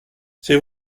c’est